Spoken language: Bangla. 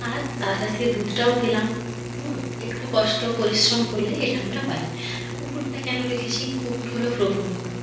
আর তার কাছ থেকে দুদটাও পেলাম একটু কষ্ট পরিশ্রম করলে এটা আমরা পাই কুকুরটা কেনো রেখেছি কুকুর হলো প্রভু ভক্ত